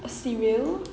cereal